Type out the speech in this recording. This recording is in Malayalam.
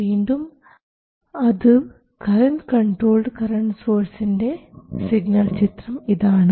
വീണ്ടും കറൻറ് കൺട്രോൾഡ് കറൻറ് സോഴ്സിൻറെ സിഗ്നൽ ചിത്രം ഇതാണ്